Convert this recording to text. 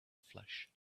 flesh